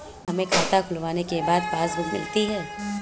क्या हमें खाता खुलवाने के बाद पासबुक मिलती है?